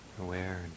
aware